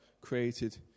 created